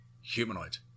humanoid